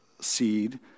seed